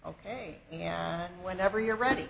ok yeah whenever you're ready